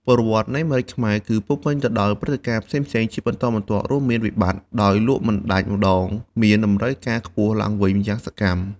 ប្រវត្តិនៃម្រេចខ្មែរ គឺពោរពេញទៅដោយព្រឹត្តិការណ៍ផ្សេងៗជាបន្តបន្ទាប់ រួមមានវិបត្តិ ដោយលក់មិនដាច់ម្តង មានតម្រូវការខ្ពស់ឡើងវិញយ៉ាងសកម្ម។